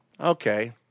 okay